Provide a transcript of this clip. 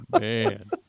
man